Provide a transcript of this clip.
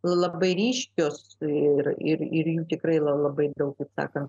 labai ryškios ir ir jų tikrai labai daug kaip sakant